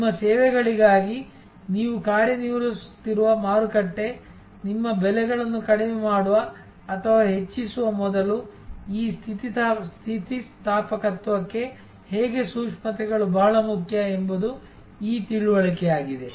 ನಿಮ್ಮ ಸೇವೆಗಳಿಗಾಗಿ ನೀವು ಕಾರ್ಯನಿರ್ವಹಿಸುತ್ತಿರುವ ಮಾರುಕಟ್ಟೆ ನಿಮ್ಮ ಬೆಲೆಗಳನ್ನು ಕಡಿಮೆ ಮಾಡುವ ಅಥವಾ ಹೆಚ್ಚಿಸುವ ಮೊದಲು ಈ ಸ್ಥಿತಿಸ್ಥಾಪಕತ್ವಕ್ಕೆ ಹೇಗೆ ಸೂಕ್ಷ್ಮತೆಗಳು ಬಹಳ ಮುಖ್ಯ ಎಂಬುದು ಈ ತಿಳುವಳಿಕೆಯಾಗಿದೆ